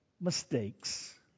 mistakes